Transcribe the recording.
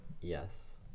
Yes